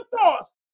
thoughts